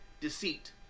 deceit